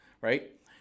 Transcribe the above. right